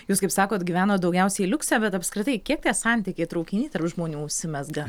jūs kaip sakot gyvenot daugiausiai liukse bet apskritai kiek tie santykiai traukiny tarp žmonių užsimezga